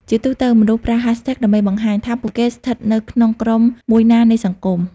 ជាទូទៅ មនុស្សប្រើ hashtags ដើម្បីបង្ហាញថាពួកគេស្ថិតនៅក្នុងក្រុមមួយណានៃសង្គម។